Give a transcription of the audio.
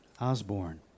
Osborne